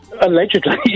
Allegedly